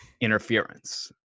interference